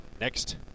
next